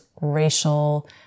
racial